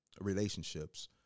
relationships